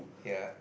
ya